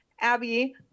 Abby